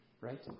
right